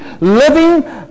living